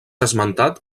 esmentat